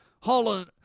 Holland